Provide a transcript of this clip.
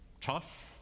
tough